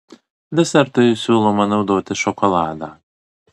desertui siūloma naudoti šokoladą